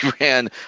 ran